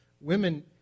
Women